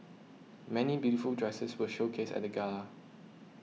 many beautiful dresses were showcased at the gala